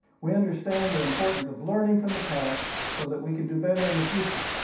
we understand the importance of learning from the past so that we can do better in the future.